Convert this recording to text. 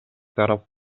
тарап